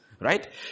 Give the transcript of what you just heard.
Right